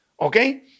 Okay